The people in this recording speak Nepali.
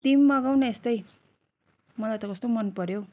तिमी पनि मगाऊ न यस्तै मलाई त कस्तो मनपऱ्यो हौ